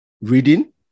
reading